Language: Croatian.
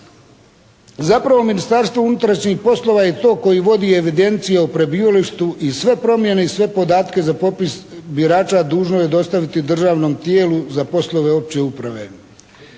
Zapravo Ministarstvo unutrašnjih poslova je to koje vodi evidencije o prebivalištu i sve promjene i sve podatke za popis birača dužno je dostaviti državnom tijelu za poslove opće uprave.